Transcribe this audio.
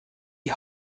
die